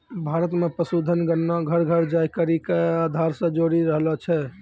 भारत मे पशुधन गणना घर घर जाय करि के आधार से जोरी रहलो छै